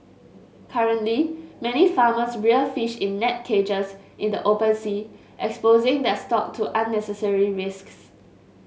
currently many farmers rear fish in net cages in the open sea exposing their stock to unnecessary risks